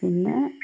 പിന്നെ